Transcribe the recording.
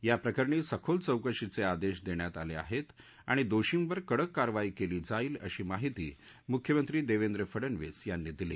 या प्रकरणी सखोल चौकशीच आदधीदध्वात आलखाहतीआणि दोषींवर कडक कारवाई कली जाईल अशी माहिती मुख्यमंत्री दर्देद्र फडणवीस यांनी दिली